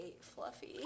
Fluffy